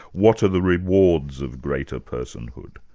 what are the rewards of greater personhood?